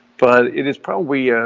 but, it is probably yeah